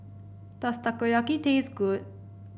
does Takoyaki taste good